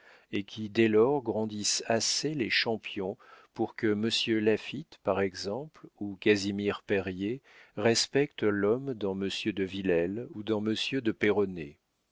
et qui dès lors grandissent assez les champions pour que monsieur laffitte par exemple ou casimir périer respectent l'homme dans monsieur de villèle ou dans monsieur de peyronnet